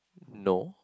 no